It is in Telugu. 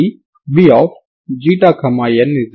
తర్వాత ఈ ∞12∂u∂t2dx ని మొత్తం స్పేషియల్ డొమైన్ లో సమాకలనం చేయండి